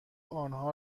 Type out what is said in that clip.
آنها